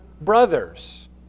brothers